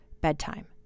bedtime